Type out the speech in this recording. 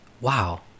Wow